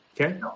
okay